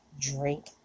drink